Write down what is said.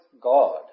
God